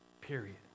Period